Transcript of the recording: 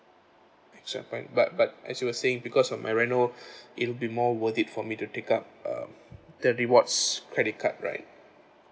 but but as you were saying because of my reno it will be more worth it for me to take up um the rewards credit card right